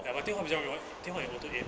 ya but I think 他比较要玩电话有 motor game